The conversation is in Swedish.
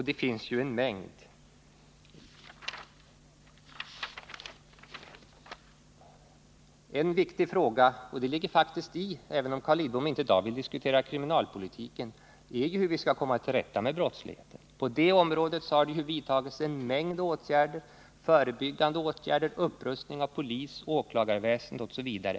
Det finns en mängd exempel att peka på. En viktig fråga är — även om Carl Lidbom i dag inte vill diskutera kriminalpolitiken — hur vi skall komma till rätta med brottsligheten. På det området har det vidtagits en mängd åtgärder: förebyggande åtgärder, upprustning av polisoch åklagarväsendet osv.